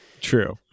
True